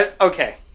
Okay